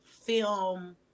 film